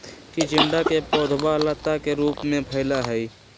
चिचिंडा के पौधवा लता के रूप में फैला हई